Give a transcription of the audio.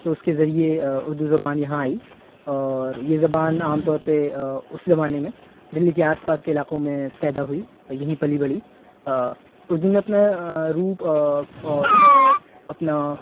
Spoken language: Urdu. تو اس کے ذریعے اردو زبان یہاں آئی اور یہ زبان عام طور پہ اس زمانے میں دلی کے آس پاس کے علاقوں میں پیدا ہوئی او یہیں پلی بڑھی اردو میں اپنا روپ اور اپنا